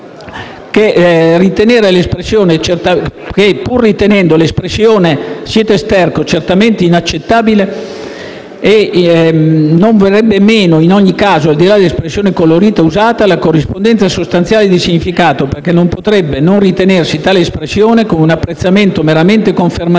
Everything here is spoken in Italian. che, pur ritenendo l'espressione «siete sterco» certamente inaccettabile, non verrebbe meno, in ogni caso, al di là dell'espressione colorita utilizzata, la corrispondenza sostanziale di significato, perché non potrebbe non ritenersi tale espressione come un apprezzamento meramente confermativo